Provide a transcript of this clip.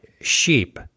sheep